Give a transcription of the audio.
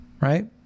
right